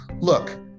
look